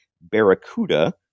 Barracuda